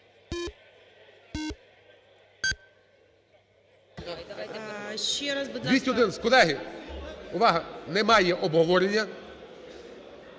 Дякую.